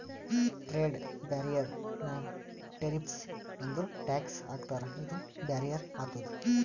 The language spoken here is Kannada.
ಟ್ರೇಡ್ ಬ್ಯಾರಿಯರ್ ನಾಗ್ ಟೆರಿಫ್ಸ್ ಅಂದುರ್ ಟ್ಯಾಕ್ಸ್ ಹಾಕ್ತಾರ ಇದು ಬ್ಯಾರಿಯರ್ ಆತುದ್